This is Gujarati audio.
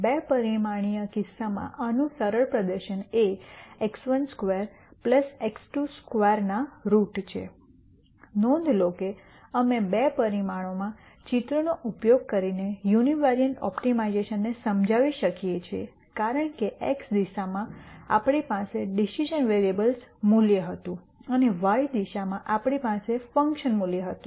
બે પરિમાણીય કિસ્સામાં આનું સરળ પ્રદર્શન એ x12 x22 ના રુટ છે નોંધ લો કે અમે બે પરિમાણોમાં ચિત્રોનો ઉપયોગ કરીને યુનિવેરિએંટ ઓપ્ટિમાઇઝેશનને સમજાવી શકીએ છીએ કારણ કે x દિશામાં આપણી પાસે ડિસિઝન વેરીએબલ્સ મૂલ્ય હતું અને વાય દિશામાં આપણી પાસે ફંકશનનું મૂલ્ય હતું